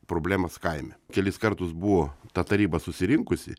problemas kaime kelis kartus buvo ta taryba susirinkusi